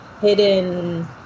hidden